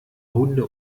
hunde